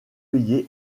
payé